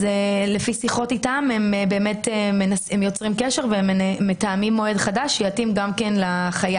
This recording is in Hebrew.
לפי שיחות איתם הם יוצרים קשר ומתאמים מועד חדש שיתאים גם לחייב.